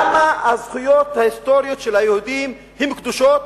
למה הזכויות ההיסטוריות של היהודים הן קדושות